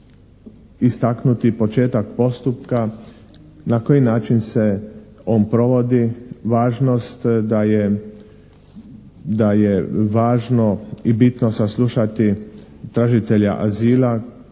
istaknuti početak postupka, na koji način se on provodi? Važnost da je, da je važno i bitno saslušati tražitelja azila